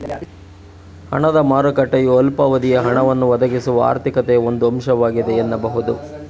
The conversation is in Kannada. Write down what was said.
ಹಣದ ಮಾರುಕಟ್ಟೆಯು ಅಲ್ಪಾವಧಿಯ ಹಣವನ್ನ ಒದಗಿಸುವ ಆರ್ಥಿಕತೆಯ ಒಂದು ಅಂಶವಾಗಿದೆ ಎನ್ನಬಹುದು